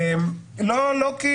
לא כי